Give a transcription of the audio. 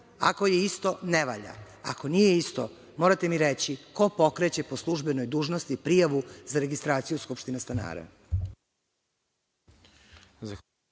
Ako je isto, ne valja. Ako nije isto, morate mi reći ko pokreće po službenoj dužnosti prijavu za registraciju skupštine stanara?